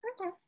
Okay